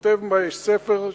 וכותב ספר,